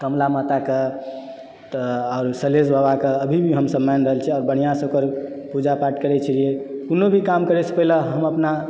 कमला माताके तऽ आओरो सलेश बाबाके अभी भी हमसब मानि रहल छियै आओर बढ़िआँसँ ओकर पूजा पाठ करै छियै कोनो भी काम करैसँ पहिने हम अपना